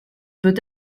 peut